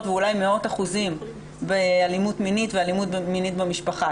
ואולי מאות אחוזים באלימות מינית ובאלימות מינית במשפחה.